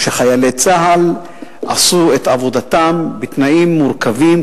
חיילי צה"ל עשו את עבודתם בתנאים מורכבים,